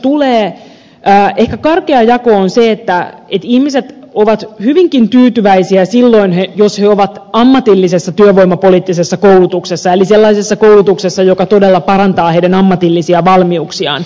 ehkä karkea jako on se että ihmiset ovat hyvinkin tyytyväisiä silloin jos he ovat ammatillisessa työvoimapoliittisessa koulutuksessa eli sellaisessa koulutuksessa joka todella parantaa heidän ammatillisia valmiuksiaan